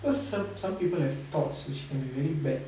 cause some some people have thoughts which can be very bad